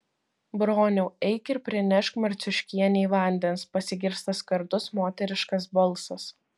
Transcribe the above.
broniau eik ir prinešk marciuškienei vandens pasigirsta skardus moteriškas balsas